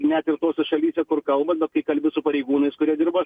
net ir tose šalyse kur kalbat bet kai kalbi su pareigūnais kurie dirba